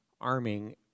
arming